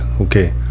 okay